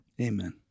Amen